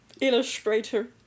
illustrator